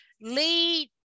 lead